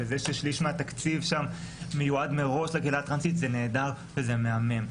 וזה ששליש מהתקציב שם מיועד מראש לקהילה הטרנסית זה נהדר וזה מהמם.